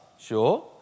sure